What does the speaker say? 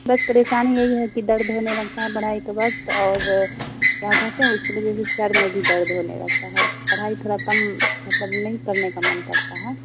بس پریشانی یہی ہے کہ درد ہونے لگتا ہے پڑھائی کے وقت اور کیا کہتے ہیں اس کے وجہ سے سر میں بھی درد ہونے لگتا ہے پرھائی تھورا کم مطلب نہیں پڑھنے کا من کرتا ہے